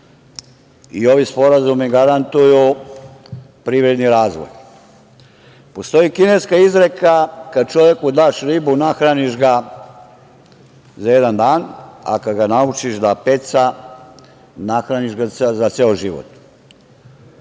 i ovi sporazumi garantuju privredni razvoj. Postoji kineska izreka - kada čoveku daš ribu nahraniš ga za jedan dan, a kada ga naučiš da peca nahraniš ga za ceo život.